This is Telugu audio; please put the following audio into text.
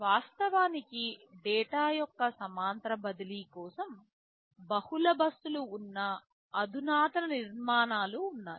వాస్తవానికి డేటా యొక్క సమాంతర బదిలీ కోసం బహుళ బస్సులు ఉన్న అధునాతన నిర్మాణాలు ఉన్నాయి